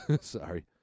Sorry